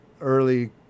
early